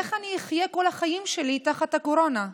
איך אני אחיה כל החיים שלי תחת הקורונה?